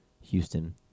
Houston